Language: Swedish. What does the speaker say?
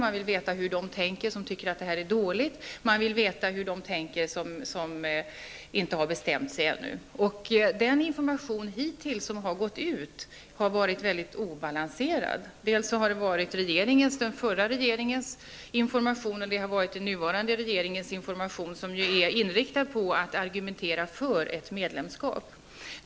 Man vill veta hur de tänker som tycker att det är dåligt, och man vill veta hur de tänker som inte har bestämt sig. Den information som hittills har gått ut har varit väldigt obalanserad. Dels har det varit den förra regeringens information, dels den nuvarande regeringens information, som ju är inriktad på att argumentera för ett medlemskap.